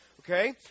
Okay